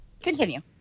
Continue